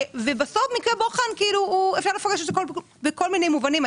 מקרה בוחן אפשר לפרש בכל מיני מובנים,